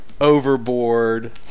Overboard